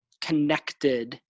connected